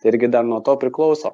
irgi dar nuo to priklauso